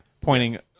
pointing